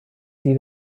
see